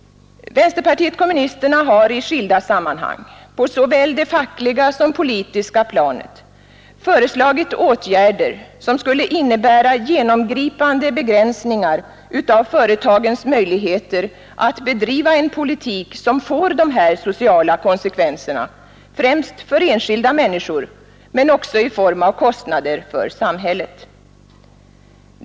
Vänsterpartiet kommunisterna har i skilda sammanhang — på såväl det fackliga som det politiska planet — föreslagit åtgärder som skulle innebära genomgripande begränsningar av företagens möjligheter att bedriva en politik som får dessa sociala konsekvenser, främst för enskilda människor men också i form av kostnader för samhället.